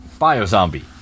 Biozombie